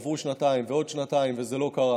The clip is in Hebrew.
עברו שנתיים ועוד שנתיים וזה לא קרה,